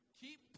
Keep